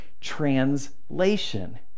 translation